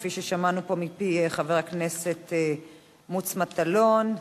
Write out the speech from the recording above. כפי ששמענו פה מפי חבר הכנסת מוץ מטלון,